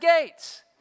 gates